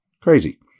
Crazy